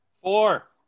Four